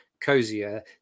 Cozier